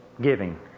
giving